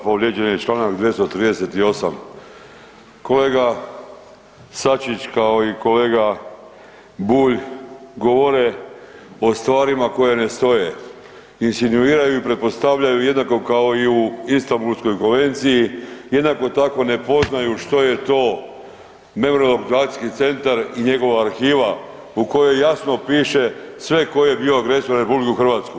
Povrijeđen je čl. 238., kolega Sačić, kao i kolega Bulj govore o stvarima koje ne stoje, insinuiraju i pretpostavljaju jednako kao i u Istambulskoj konvenciji, jednako tako ne poznaju što je to Memorijalni centar i njegova arhiva u kojoj jasno piše sve ko je bio agresor na RH.